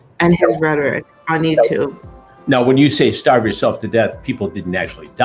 and his rhetoric on youtube. now, when you say starve yourself to d-ath, people didn't actually